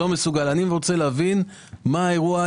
אני רוצה להבין מה האירוע.